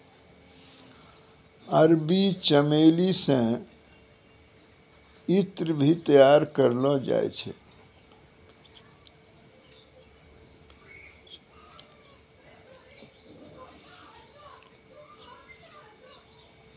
अरबी चमेली से ईत्र भी तैयार करलो जाय छै